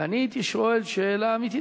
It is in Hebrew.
ואני הייתי שואל שאלה אמיתית,